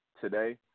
today